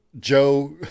Joe